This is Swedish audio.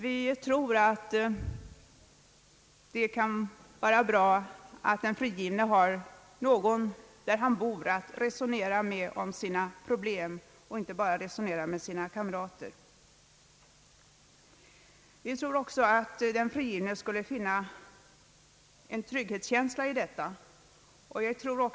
Vi tror att det kan vara bra för den frigivne att få diskutera sina problem med någon annan än kamraterna. Vi tror att den frigivne skulle finna en trygghetskänsla i detta.